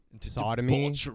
sodomy